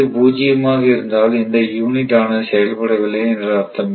இது பூச்சியமாக இருந்தால் இந்த யூனிட் ஆனது செயல்படவில்லை என்று அர்த்தம்